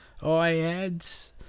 iAds